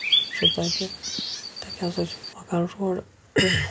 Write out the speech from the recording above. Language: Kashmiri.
سُہ چھُ تَتہِ تَتہِ ہَسا چھِ مۄغل روڈ